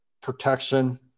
protection